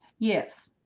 yes